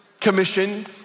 commission